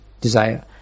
desire